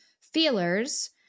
Feelers